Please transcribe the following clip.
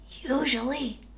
usually